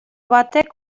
batek